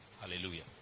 hallelujah